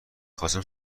خواستم